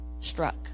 struck